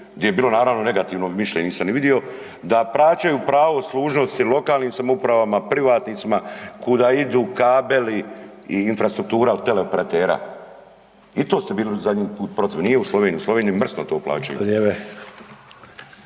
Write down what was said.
gdje je bilo naravno negativnog mišljenja, nisam ni vidio, da plaćaju pravo služnosti lokalnim samoupravama, privatnicima, kuda idu kabeli i infrastruktura od teleoperatera. I to ste bili zadnji put protiv, nije u Sloveniji, u Sloveniji mrsno to plaćaju